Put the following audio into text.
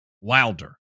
wilder